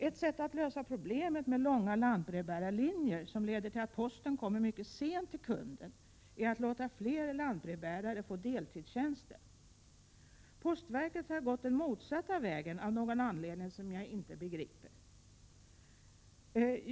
Ett sätt att lösa problemet med långa lantbrevbärarlinjer, vilka leder till att posten kommer mycket sent till kunden, är att låta fler lantbrevbärare få deltidstjänster. Postverket har av någon anledning som jag inte begriper gått den motsatta vägen.